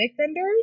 vendors